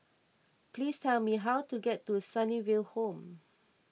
please tell me how to get to Sunnyville Home